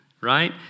right